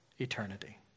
eternity